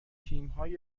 تیمهای